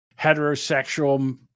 heterosexual